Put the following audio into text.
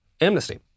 amnesty